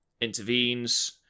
intervenes